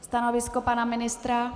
Stanovisko pana ministra?